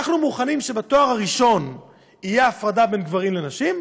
אנחנו מוכנים שבתואר ראשון תהיה הפרדה בין גברים לנשים,